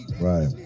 Right